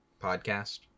podcast